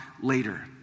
later